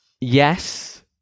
Yes